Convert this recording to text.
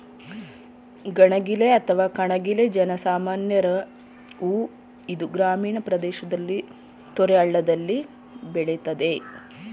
ಗಣಗಿಲೆ ಅಥವಾ ಕಣಗಿಲೆ ಜನ ಸಾಮಾನ್ಯರ ಹೂ ಇದು ಗ್ರಾಮೀಣ ಪ್ರದೇಶದಲ್ಲಿ ತೊರೆ ಹಳ್ಳದಲ್ಲಿ ಬೆಳಿತದೆ